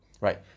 right